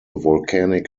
volcanic